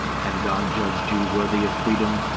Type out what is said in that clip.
had god judged you worthy of freedom,